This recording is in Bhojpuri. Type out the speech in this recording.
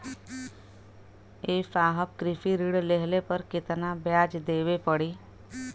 ए साहब कृषि ऋण लेहले पर कितना ब्याज देवे पणी?